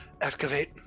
excavate